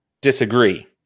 disagree